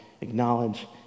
acknowledge